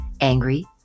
angry